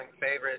favorite